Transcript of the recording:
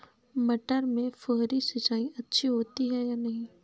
मटर में फुहरी सिंचाई अच्छी होती है या नहीं?